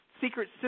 secret